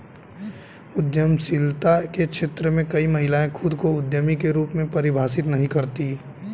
उद्यमशीलता के क्षेत्र में कई महिलाएं खुद को उद्यमी के रूप में परिभाषित नहीं करती